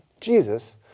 Jesus